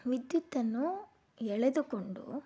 ವಿದ್ಯುತ್ತನ್ನು ಎಳೆದುಕೊಂಡು